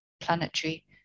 planetary